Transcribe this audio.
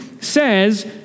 says